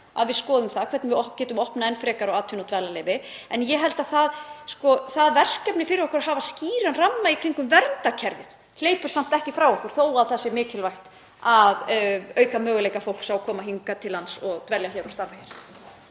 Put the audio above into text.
að við skoðum hvernig við getum opnað enn frekar á atvinnu- og dvalarleyfi. En ég held að það verkefni að hafa skýran ramma í kringum verndarkerfið hlaupi samt ekki frá okkur þó að mikilvægt sé að auka möguleika fólks á að koma hingað til lands og dvelja hér og starfa hér.